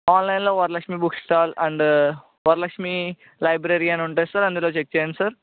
ఆన్లైన్లో Varalakshmi books stall and Varalakshmi library అని ఉంటాయి సార్ అందులో చెక్ చేయండి సార్